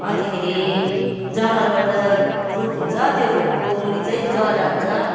अन्तखेरि जङ्गलमा एउटा रुख हुन्छ त्यो रुखको मुनि चाहिँ जरा हुन्छ